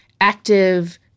active